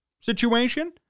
situation